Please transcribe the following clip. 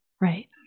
Right